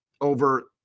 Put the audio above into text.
over